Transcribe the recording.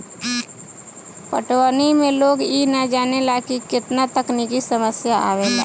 पटवनी में लोग इ ना जानेला की केतना तकनिकी समस्या आवेला